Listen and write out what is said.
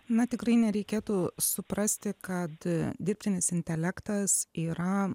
na tikrai nereikėtų suprasti kad dirbtinis intelektas yra